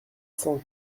cent